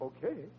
Okay